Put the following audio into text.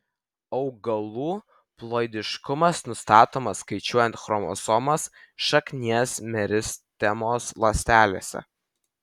augalų ploidiškumas nustatomas skaičiuojant chromosomas šaknies meristemos ląstelėse